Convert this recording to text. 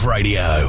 Radio